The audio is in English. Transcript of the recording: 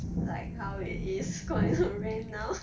like how it is going to rain now